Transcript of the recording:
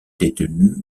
détenus